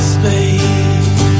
Space